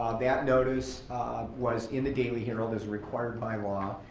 um that notice was in the daily herald, as required by law.